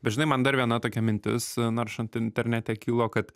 bet žinai man dar viena tokia mintis naršant internete kilo kad